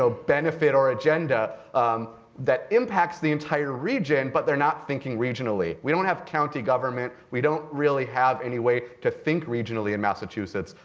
so benefit or agenda that impacts the entire region, but they're not thinking regionally. we don't have county government. we don't really have any way to think regionally in massachusetts.